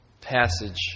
Passage